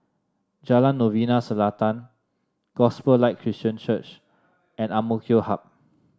Jalan Novena Selatan Gospel Light Christian Church and Ang Mo Kio Hub